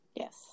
Yes